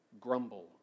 grumble